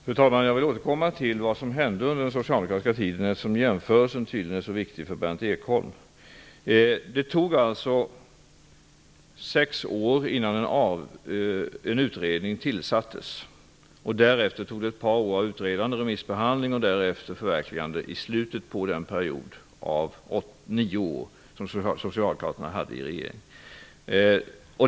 Fru talman! Jag vill återkomma till vad som hände under den socialdemokratiska tiden, eftersom den jämförelsen tydligen är så viktig för Berndt Ekholm. Det tog alltså sex år innan en utredning tillsattes. Därefter åtgick ett par år för utredande och remissbehandling, och förverkligandet kom i slutet av den period om nio år som socialdemokraterna var i regeringsställning.